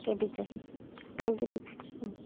okay teacher thank you teach ம்